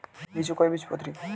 লিচু কয় বীজপত্রী?